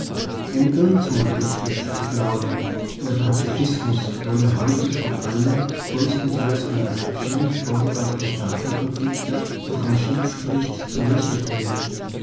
ein irrtum ist es zu glauben der pazifismus wolle heute schon alle größtenteils von der anarchie vorgebrachten staatenkonflikte durch ein schiedsgericht zur lösung bringen